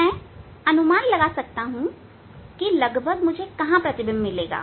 मैं अनुमान लगा सकता हूं कि लगभग कहां मुझे प्रतिबिंब मिलेगा